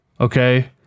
okay